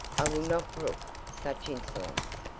i will not brook such insolence.